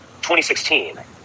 2016